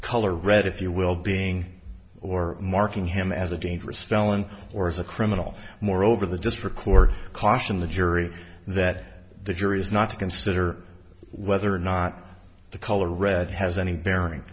color red if you will being or marking him as a dangerous felon or as a criminal moreover the just for court caution the jury that the jury is not to consider whether or not the color red has any bearing